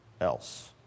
else